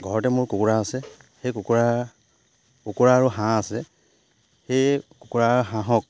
ঘৰতে মোৰ কুকুৰা আছে সেই কুকুৰা কুকুৰা আৰু হাঁহ আছে সেই কুকুৰা হাঁহক